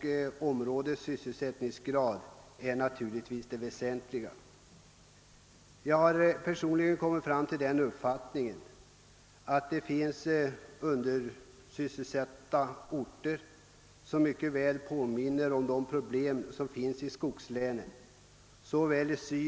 Ett områdes sysselsättningsgrad är naturligtvis det väsentliga. Jag har fått den uppfattningen att det i såväl Sydsom Mellansverige finns orter med undersysselsättningsproblem, som i mycket påminner om de svårigheter som förekommer i skogslänen.